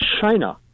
China